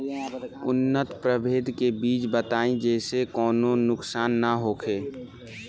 उन्नत प्रभेद के बीज बताई जेसे कौनो नुकसान न होखे?